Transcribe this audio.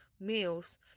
meals